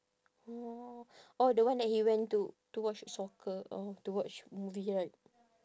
orh orh the one that he went to to watch soccer or to watch movie right